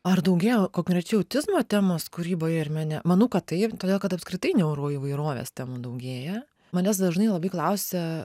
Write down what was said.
ar daugėja konkrečiai autizmo temos kūryboje ir mene manau kad taip todėl kad apskritai neuroįvairovės temų daugėja manęs dažnai labai klausia